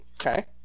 Okay